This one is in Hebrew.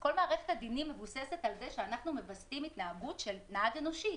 כל מערכת הדינים מבוססת על כך שאנחנו מווסתים התנהגות של נהג אנושי,